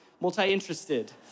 multi-interested